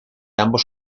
ambos